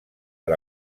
per